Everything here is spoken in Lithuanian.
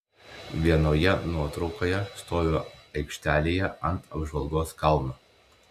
vienoje nuotraukoje stoviu aikštelėje ant apžvalgos kalno